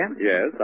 Yes